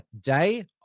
day